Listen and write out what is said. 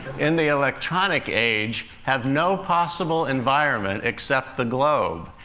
in the electronic age have no possible environment except the globe,